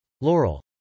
Laurel